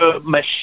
machine